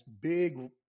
big